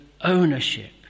ownership